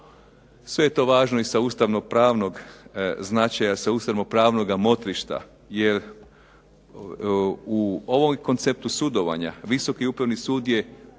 Sve je to važno i sa ustavnopravnog značaja, sa ustavnopravnoga motrišta, jer u ovom konceptu sudovanja Visoki upravni sud je